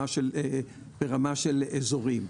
ברמה של אזורים.